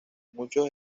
muchos